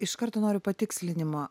iš karto noriu patikslinimo